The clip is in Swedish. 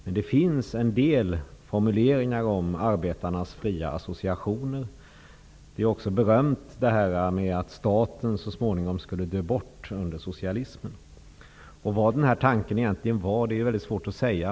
Men det finns en del formuleringar om arbetarnas fria associationer. Idén om att staten så småningom skulle dö bort under socialismen är också berömd. Det är svårt att säga vad som låg bakom idén.